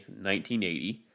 1980